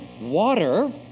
water